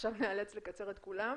מעכשיו ניאלץ לקצר את כולם.